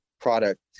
product